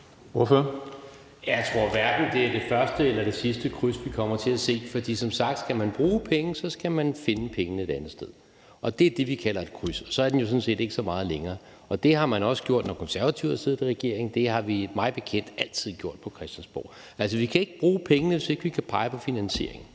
(V): Jeg tror hverken, det er det første eller det sidste kryds, vi kommer til at se. For som sagt er det sådan, at skal man bruge penge, skal man finde pengene et andet sted. Det er det, vi kalder et kryds, og så er den jo sådan set ikke så meget længere. Det har man også gjort, når Konservative har siddet i regering. Det har vi mig bekendt altid gjort på Christiansborg. Altså, vi kan ikke bruge pengene, hvis ikke vi kan pege på finansieringen.